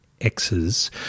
x's